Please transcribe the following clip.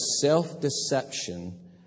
self-deception